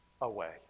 away